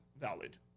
valid